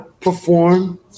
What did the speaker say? perform